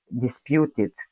disputed